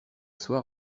soir